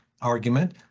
argument